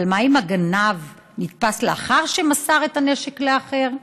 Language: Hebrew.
אבל מה אם גנב נתפס לאחר שמסר את הנשק לאחר?